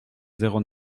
zéro